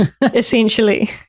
essentially